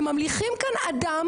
אתם ממליכים כאן אדם